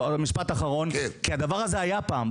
כי הדבר הזה היה פעם,